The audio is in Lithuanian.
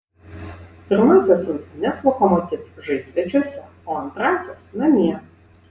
pirmąsias rungtynes lokomotiv žais svečiuose o antrąsias namie